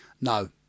no